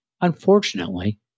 Unfortunately